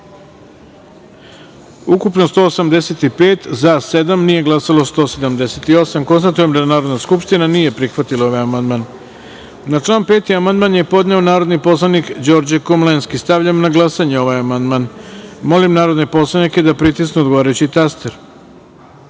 ukupno – 185, za – pet, nije glasalo – 180.Konstatujem da Narodna skupština nije prihvatila ovaj amandman. Na član 2. amandman je podneo narodni poslanik Đorđe Komlenski. Stavljam na glasanje ovaj amandman. Molim poslanike da pritisnu odgovarajući